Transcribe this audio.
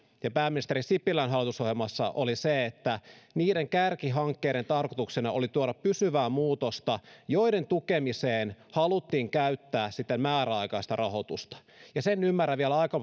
ja pääministeri sipilän hallitusohjelmassa on se että niiden kärkihankkeiden tarkoituksena oli tuoda pysyvää muutosta jonka tukemiseen haluttiin käyttää määräaikaista rahoitusta ja sen ymmärrän vielä aika